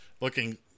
looking